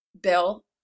Bill